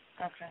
Okay